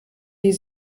die